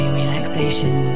relaxation